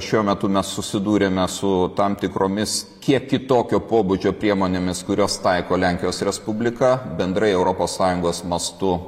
šiuo metu mes susidūrėme su tam tikromis kiek kitokio pobūdžio priemonėmis kurias taiko lenkijos respublika bendrai europos sąjungos mastu